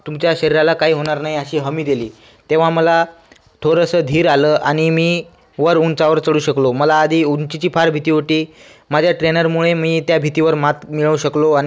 तुमच्या शरीराला काही होणार नाही अशी हमी दिली तेव्हा मला थोडंसं धीर आलं आणि मी वर उंचावर चढू शकलो मला आधी उंचीची फार भीती होती माझ्या ट्रेनरमुळे मी त्या भीतीवर मात मिळवू शकलो आणि